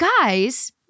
guys